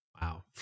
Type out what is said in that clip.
Wow